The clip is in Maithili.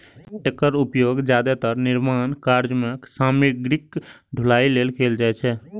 एकर उपयोग जादेतर निर्माण कार्य मे सामग्रीक ढुलाइ लेल कैल जाइ छै